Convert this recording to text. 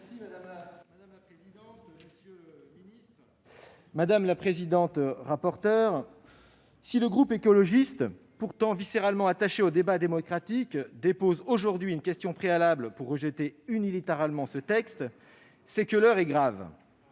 Madame la présidente, monsieur le ministre, mes chers collègues, si le groupe écologiste, pourtant viscéralement attaché au débat démocratique, dépose aujourd'hui une question préalable pour rejeter unilatéralement ce texte, c'est que l'heure est grave.